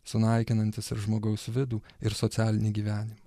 sunaikinantis ir žmogaus vidų ir socialinį gyvenimą